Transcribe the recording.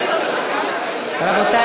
רבותי,